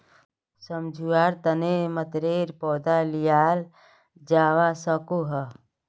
सम्झुआर तने मतरेर पौधा लियाल जावा सकोह